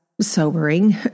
Sobering